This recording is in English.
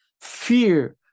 fear